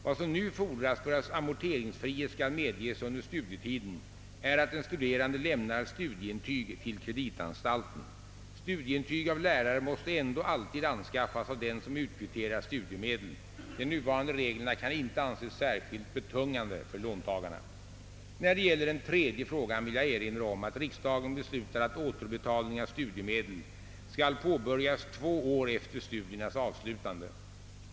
Vad som nu fordras för att amorteringsfrihet skall medges under studietiden är att den studerande lämnar studieintyg till kreditanstalten. Studieintyg av lärare måste ändå alltid anskaffas av den som utkvitterar studiemedel. De nuvarande reglerna kan inte anses särskilt betungande för låntagarna. När det gäller den tredje frågan vill jag erinra om att riksdagen beslutat att återbetalning av studiemedel skall påbörjas två år efter studiernas avslutande.